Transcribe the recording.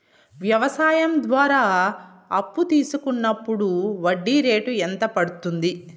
వ్యవసాయం ద్వారా అప్పు తీసుకున్నప్పుడు వడ్డీ రేటు ఎంత పడ్తుంది